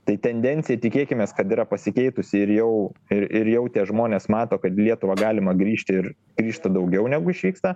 tai tendencija tikėkimės kad yra pasikeitusi ir jau ir ir jau tie žmonės mato kad į lietuvą galima grįžti ir grįžta daugiau negu išvyksta